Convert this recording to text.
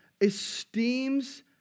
esteems